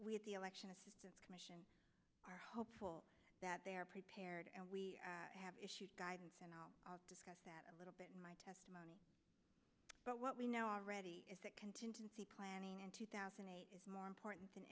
we have the election assistance commission are hopeful that they are prepared and we have issued guidance and i'll discuss that a little bit my testimony but what we know already is that contingency planning in two thousand and eight is more important than